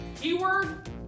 Keyword